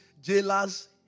jailers